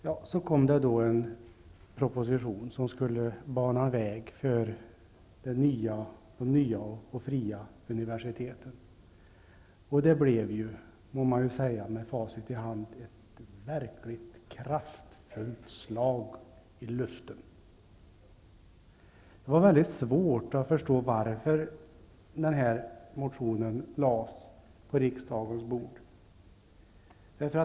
Ja, så kom en proposition som skulle bana väg för nya och fria universitet. Med facit i hand må jag säga att det verkligen blev ett kraftfullt slag i luften. Det var väldigt svårt att förstå varför den här motionen lades på riksdagens bord.